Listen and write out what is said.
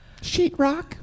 Sheetrock